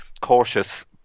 cautious